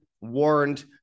warned